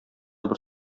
бер